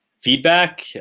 feedback